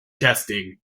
testing